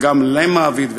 וגם למעביד,